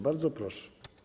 Bardzo proszę.